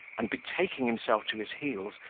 and, betaking himself to his heels,